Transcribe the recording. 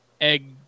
egg